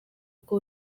uko